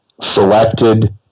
selected